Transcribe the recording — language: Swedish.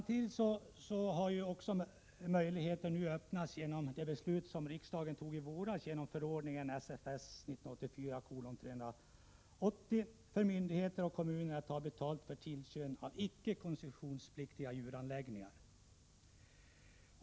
Till följd av det beslut som riksdagen tog i våras har genom förordningen SFS 1984:380 möjligheter nu öppnats för myndigheter och kommuner att ta betalt för tillsyn av icke koncessionspliktiga djuranläggningar.